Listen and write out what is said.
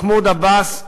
מחמוד עבאס,